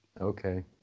Okay